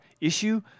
issue